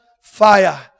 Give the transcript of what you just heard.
fire